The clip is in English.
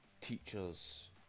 teachers